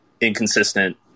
inconsistent